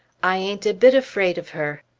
i ain't a bit afraid of her.